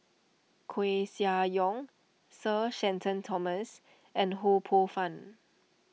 Koeh Sia Yong Sir Shenton Thomas and Ho Poh Fun